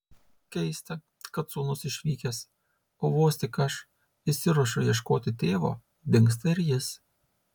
keista kad sūnus išvykęs o vos tik aš išsiruošiu ieškoti tėvo dingsta ir jis